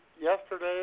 yesterday